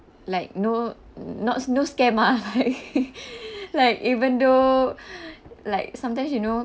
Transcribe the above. like no not no scam lah like like even though like sometimes you know